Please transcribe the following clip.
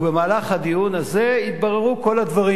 ובמהלך הדיון הזה יתבררו כל הדברים,